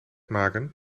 maken